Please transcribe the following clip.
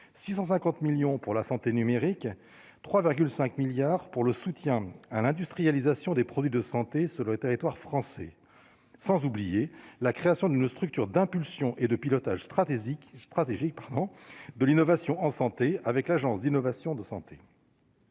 650 millions pour la santé numérique 3,5 milliards pour le soutien à l'industrialisation des produits de santé sur le territoire français, sans oublier la création d'une structure d'impulsion et de pilotage stratégique, stratégique de l'innovation en santé avec l'agence d'innovation de santé.